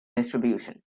distribution